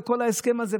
בכל ההסכם הזה,